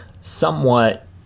somewhat